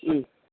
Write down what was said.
ह्म्